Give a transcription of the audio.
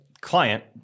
client